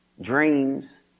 Dreams